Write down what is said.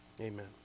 Amen